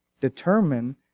determine